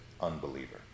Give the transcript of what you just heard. unbeliever